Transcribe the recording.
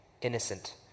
innocent